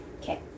Okay